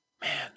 Man